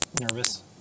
nervous